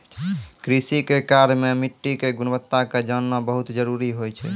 कृषि के कार्य मॅ मिट्टी के गुणवत्ता क जानना बहुत जरूरी होय छै